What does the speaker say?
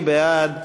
מי בעד?